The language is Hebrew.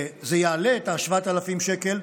וזה יעלה 7,000 שקל,